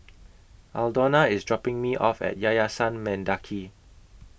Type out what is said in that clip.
Aldona IS dropping Me off At Yayasan Mendaki